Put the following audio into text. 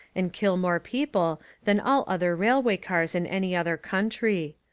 and kill more people than all other railway cars in any other country.